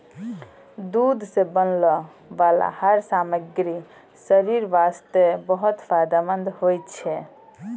दूध सॅ बनै वाला हर सामग्री शरीर वास्तॅ बहुत फायदेमंंद होय छै